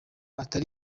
atari